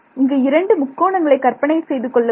இங்கு இரண்டு முக்கோணங்களை கற்பனை செய்து கொள்ளுங்கள்